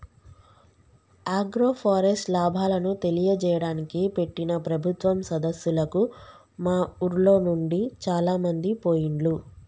agroforest లాభాలను తెలియజేయడానికి పెట్టిన ప్రభుత్వం సదస్సులకు మా ఉర్లోనుండి చాలామంది పోయిండ్లు